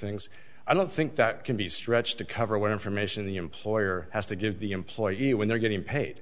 things i don't think that can be stretched to cover what information the employer has to give the employee when they're getting paid